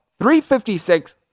356